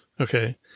Okay